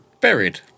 Buried